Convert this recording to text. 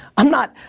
i'm not